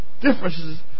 Differences